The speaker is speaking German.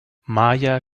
maja